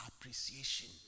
appreciation